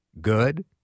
good